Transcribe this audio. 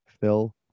Phil